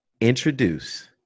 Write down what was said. introduce